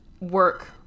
work